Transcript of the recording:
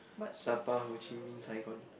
Sabah Ho Chi Minh Saigon